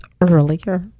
earlier